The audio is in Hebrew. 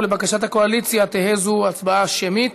ולבקשת הקואליציה תהא זו הצבעה שמית.